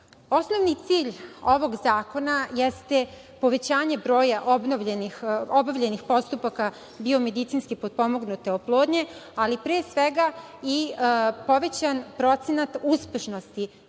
cilj ovog zakona jeste povećanje broja obavljenih postupaka biomedicinski potpomognute oplodnje, ali pre svega i povećan procenat uspešnosti